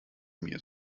mir